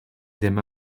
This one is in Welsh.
ddim